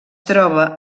troba